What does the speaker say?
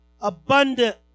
abundant